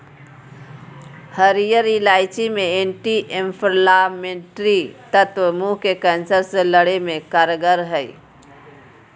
हरीयर इलायची मे एंटी एंफलामेट्री तत्व मुंह के कैंसर से लड़े मे कारगर हई